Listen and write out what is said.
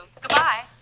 Goodbye